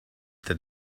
that